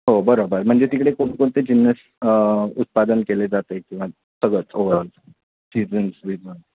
हो बरोबर म्हणजे तिकडे कोणकोणते जिन्नस उत्पादन केले जाते किंवा सगळंच ओवरऑल सीझन्स वीजन